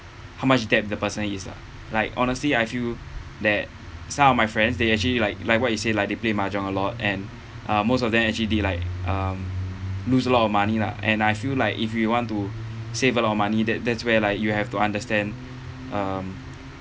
how much debt the person is ah like honestly I feel that some of my friends they actually like like what you say lah they play mahjong a lot and uh most of them actually did like um lose a lot of money lah and I feel like if you want to save a lot of money that that's where like you have to understand um